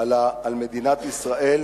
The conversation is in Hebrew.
על מדינת ישראל,